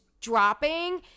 dropping